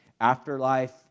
afterlife